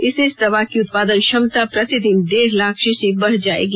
इससे इस दवा की उत्पादन क्षमता प्रतिदिन डेढ लाख शीशी बढ जाएगी